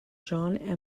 john